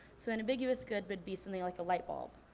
so an ambiguous good would be something like a light bulb.